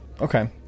Okay